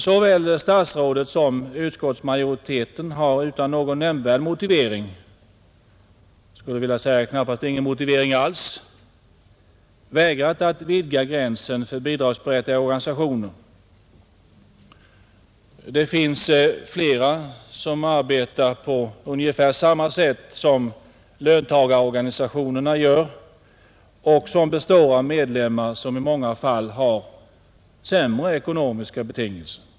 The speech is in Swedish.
Såväl statsrådet som utskottsmajoriteten har utan någon nämnvärd motivering — jag skulle vilja säga nästan utan motivering alls — vägrat att vidga gränsen för bidragsberättigade organisationer. Det finns flera som arbetar på ungefär samma sätt som löntagarorganisationerna och som består av medlemmar som i många fall har sämre ekonomiska betingelser.